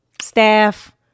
Staff